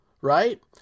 right